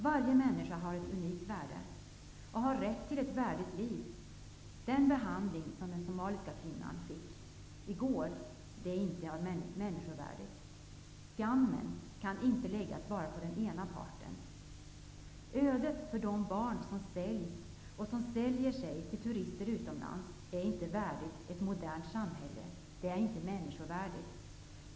Varje människa har ett unikt värde, och varje människa har rätt till ett värdigt liv. Den behandling som den somaliska kvinnan i går fick är inte människovärdig. Skammen kan inte bara läggas på den ena parten. Ödet för de barn som säljs och som säljer sig till turister utomlands är inte ett modernt samhälle värdigt. Det är inte människovärdigt.